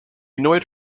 annoyed